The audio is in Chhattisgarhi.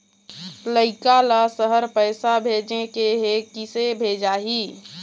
लइका ला शहर पैसा भेजें के हे, किसे भेजाही